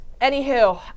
Anywho